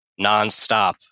nonstop